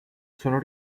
sono